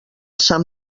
sant